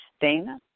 Dana